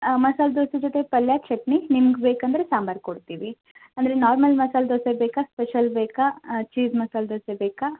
ಮಸಾಲೆ ದೋಸೆ ಜೊತೆ ಪಲ್ಯ ಚಟ್ನಿ ನಿಮಗೆ ಬೇಕಂದರೆ ಸಾಂಬಾರು ಕೊಡ್ತೀವಿ ಅಂದರೆ ನಾರ್ಮಲ್ ಮಸಾಲೆ ದೋಸೆ ಬೇಕ ಸ್ಪೆಷಲ್ ಬೇಕ ಚೀಸ್ ಮಸಾಲೆ ದೋಸೆ ಬೇಕ